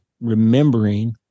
remembering